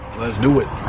let's do it.